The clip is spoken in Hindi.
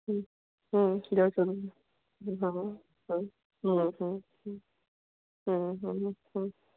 दो सौ रुपये जी हाँ